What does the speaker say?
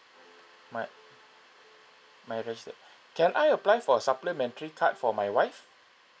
my my registered can I apply for a supplementary card for my wife